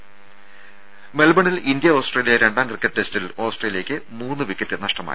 രും മെൽബണിൽ India Australia രണ്ടാം ക്രിക്കറ്റ് ടെസ്റ്റിൽ ഓസ്ട്രേലിയക്ക് മൂന്ന് വിക്കറ്റ് നഷ്ടമായി